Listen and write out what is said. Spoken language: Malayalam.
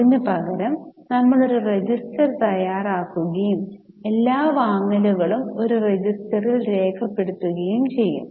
അതിനുപകരം നമ്മൾ ഒരു രജിസ്റ്റർ തയ്യാറാക്കുകയും എല്ലാ വാങ്ങലുകളും ഒരു രജിസ്റ്ററിൽ രേഖപ്പെടുത്തുകയും ചെയ്യും